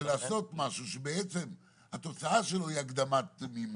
לעשות משהו שבעצם התוצאה שלו היא הקדמת מימון.